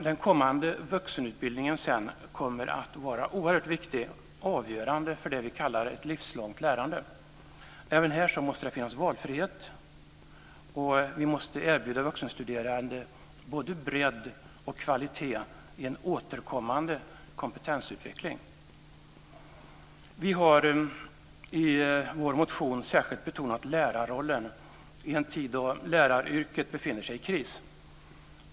Den kommande vuxenutbildningen kommer att vara oerhört viktig och avgörande för det vi kallar ett livslångt lärande. Även här måste det finnas valfrihet. Vi måste erbjuda vuxenstuderande både bredd och kvalitet i en återkommande kompetensutveckling. I vår motion har vi särskilt betonat lärarrollen i en tid då läraryrket befinner sig i kris.